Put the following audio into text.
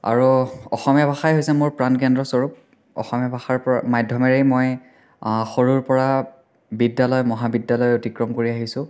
আৰু অসমীয়া ভাষাই হৈছে মোৰ প্ৰাণকেন্দ্ৰস্বৰূপ অসমীয়া ভাষাৰ পৰা মাধ্যমেৰেই মই সৰুৰ পৰা বিদ্যালয় মহাবিদ্যালয় অতিক্ৰম কৰি আহিছোঁ